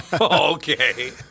Okay